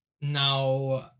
Now